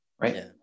right